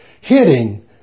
hitting